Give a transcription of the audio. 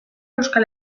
euskal